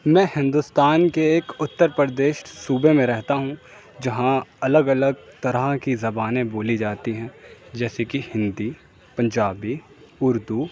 میں ہندوستان کے ایک اتر پردیش صوبے میں رہتا ہوں جہاں الگ الگ طرح کی زبانیں بولی جاتی ہیں جیسے کہ ہندی پنجابی اردو